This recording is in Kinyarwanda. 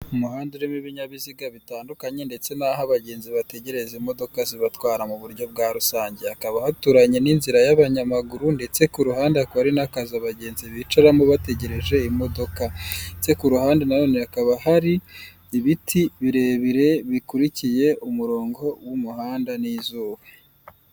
Umuhanda urimo ibinyabiziga bitandukanye ndetse n'aho abagenzi bategereza imodoka zibatwara mu buryo bwa rusange, hakaba haturanye n'inzira y'abanyamaguru ndetse k'uruhande akaba hari n'akazi abagenzi bicaramo bategereje imodoka, ndetse k'uruhande nano hakaba hari ibiti birebire bikurikiye umurongo w'umuhanda n'izuba.